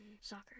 soccer